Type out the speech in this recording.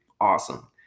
Awesome